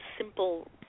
simple